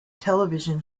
television